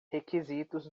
requisitos